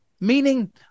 Meaning